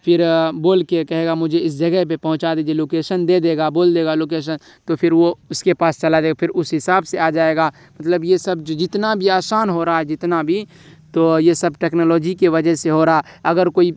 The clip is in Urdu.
پھر بول کے کہے گا مجھے اس جگہ پہ پہنچا دیجیے لوکیشن دے گا بول دے گا لوکیشن تو پھر وہ اس کے پاس چلا جائے گا پھر اس حساب سے آ جائے گا مطلب یہ سب جو جتنا بھی آسان ہو رہا ہے جتنا بھی تو یہ سب ٹیکنالوجی کے ہی وجہ سے ہو رہا ہے اگر کوئی